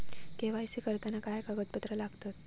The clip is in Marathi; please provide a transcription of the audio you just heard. के.वाय.सी करताना काय कागदपत्रा लागतत?